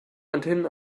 antennen